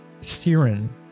Siren